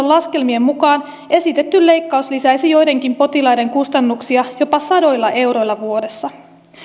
laskelmien mukaan esitetty leikkaus lisäisi joidenkin potilaiden kustannuksia jopa sadoilla euroilla vuodessa